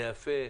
זה יפה,